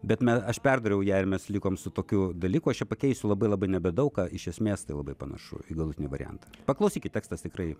bet me aš perdariau ją ir mes likom su tokiu dalyku aš čia pakeisiu labai labai nebedaug iš esmės tai labai panašu į galutinį variantą paklausykit tekstas tikrai